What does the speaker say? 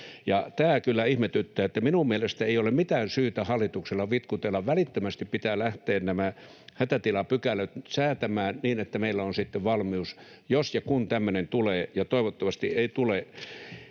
Tämä kyllä ihmetyttää. Minun mielestäni ei ole mitään syytä hallituksella vitkutella. Välittömästi pitää lähteä nämä hätätilapykälät säätämään, niin että meillä on sitten valmius, jos ja kun tämmöinen tulee — ja toivottavasti ei tule.